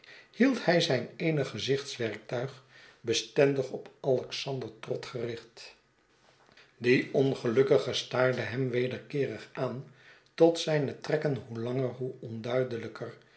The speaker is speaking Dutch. hield hij zijn eenig gezichtswerktuig bestendig op alexander trott gericht die ongelukkige staarde hem wederkeerig aan tot zijne trekken hoe langer hoe onduidelijker